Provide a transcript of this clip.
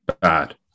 bad